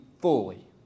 fully